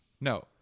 No